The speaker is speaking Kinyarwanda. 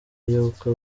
y’uko